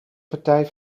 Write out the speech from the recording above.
partij